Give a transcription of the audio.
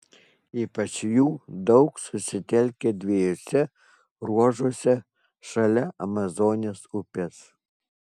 ypač jų daug susitelkę dviejuose ruožuose šalia amazonės upės